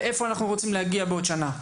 ואיפה אנחנו רוצים להגיע בעוד שנה.